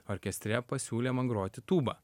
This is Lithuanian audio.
orkestre pasiūlė man groti tūba